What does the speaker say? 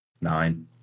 nine